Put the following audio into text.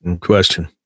Question